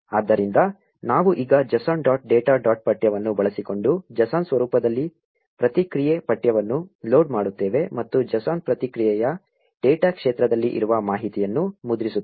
ಆದ್ದರಿಂದ ನಾವು ಈಗ json ಡಾಟ್ ಡೇಟಾ ಡಾಟ್ ಪಠ್ಯವನ್ನು ಬಳಸಿಕೊಂಡು JSON ಸ್ವರೂಪದಲ್ಲಿ ಪ್ರತಿಕ್ರಿಯೆ ಪಠ್ಯವನ್ನು ಲೋಡ್ ಮಾಡುತ್ತೇವೆ ಮತ್ತು JSON ಪ್ರತಿಕ್ರಿಯೆಯ ಡೇಟಾ ಕ್ಷೇತ್ರದಲ್ಲಿ ಇರುವ ಮಾಹಿತಿಯನ್ನು ಮುದ್ರಿಸುತ್ತೇವೆ